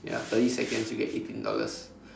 ya thirty seconds you get eighteen dollars